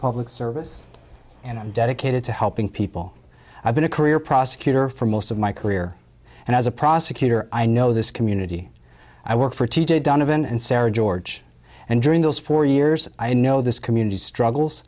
public service and i'm dedicated to helping people i've been a career prosecutor for most of my career and as a prosecutor i know this community i work for t j donovan and sara george and during those four years i know this community struggles